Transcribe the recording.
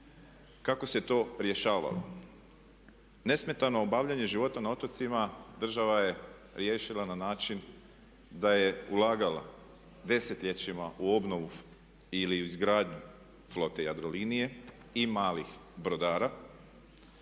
Kako se to rješava? Nesmetano obavljanje života na otocima država je riješila na način da je ulagala desetljećima u obnovu ili u izgradnju flote Jadrolinije i malih brodara